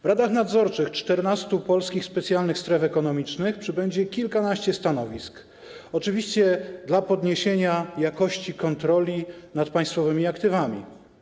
W radach nadzorczych 14 polskich specjalnych stref ekonomicznych przybędzie kilkanaście stanowisk, oczywiście dla podniesienia jakości kontroli nad państwowymi aktywami.